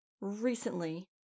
recently